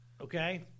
Okay